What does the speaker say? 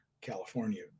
california